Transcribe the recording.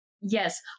Yes